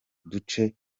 duce